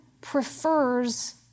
prefers